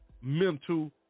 mental